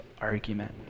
argument